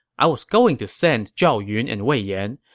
i was going to send zhao yun and wei yan,